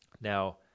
Now